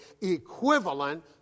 equivalent